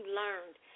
learned